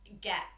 get